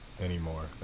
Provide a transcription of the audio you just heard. anymore